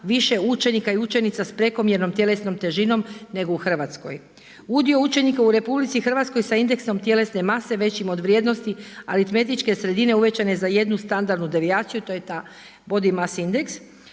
više učenika i učenica s prekomjernom tjelesnom težinom nego u Hrvatskoj. Udio učenika u RH sa indeksom tjelesne mase većim od vrijednosti aritmetičke sredine uvećane za jednu standardnu devijaciju to je ta body mass indeks